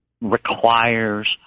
requires